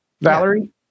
Valerie